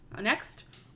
Next